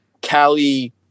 cali